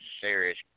serious